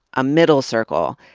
a middle circle,